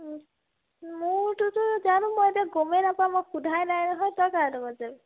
মোৰতোতো জানো মই এতিয়া গমেই নাপাওঁ মই সোধাই নাই নহয় তই কাৰ লগত যাবি